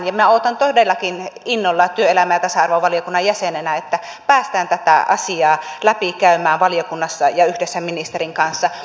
minä odotan todellakin innolla työelämä ja tasa arvovaliokunnan jäsenenä että päästään tätä asiaa läpikäymään valiokunnassa ja yhdessä ministerin kanssa